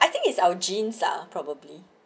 I think it's our genes ah probably